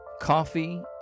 Coffee